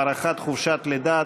הארכת חופשת לידה),